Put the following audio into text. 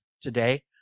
today